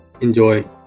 enjoy